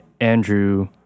Andrew